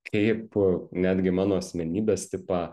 kaip netgi mano asmenybės tipą